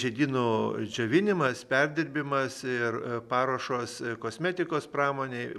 žiedynų džiovinimas perdirbimas ir paruošos kosmetikos pramonei